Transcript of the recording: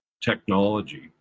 technology